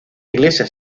iglesia